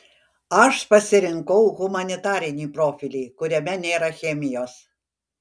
aš pasirinkau humanitarinį profilį kuriame nėra chemijos